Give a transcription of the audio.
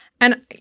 And-